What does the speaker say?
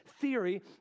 theory